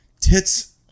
tits